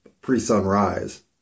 pre-sunrise